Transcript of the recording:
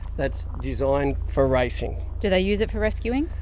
that's designed for racing. do they use it for rescuing.